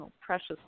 precious